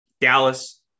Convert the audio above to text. Dallas